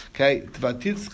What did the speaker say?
Okay